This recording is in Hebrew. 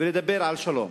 ולדבר על שלום.